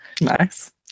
Nice